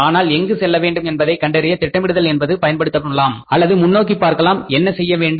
ஆனால் எங்கு செல்லவேண்டும் என்பதை கண்டறிய திட்டமிடுதல் என்பதை பயன்படுத்தலாம் அல்லது முன்னோக்கி பார்க்கலாம் என்ன செய்யவேண்டும்